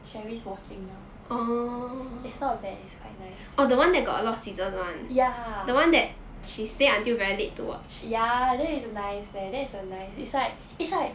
cherri is watching now is not bad is quite nice ya ya then it's a nice leh then it's a nice it's like it's like